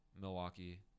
Milwaukee